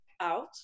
out